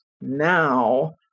Now